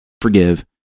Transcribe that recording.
forgive